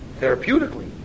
therapeutically